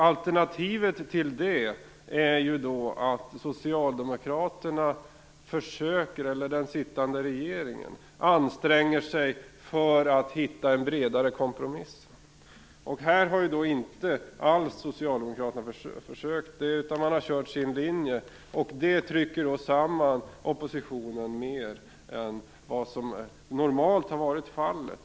Alternativet till det är att Socialdemokraterna, eller den sittande regeringen, anstränger sig för att hitta en bredare kompromiss. Detta har Socialdemokraterna inte alls försökt. Man har kört sin linje. Det trycker samman oppositionen mer än vad som normalt har varit fallet.